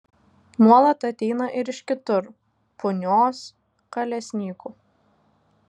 nuolat ateina ir iš kitur punios kalesnykų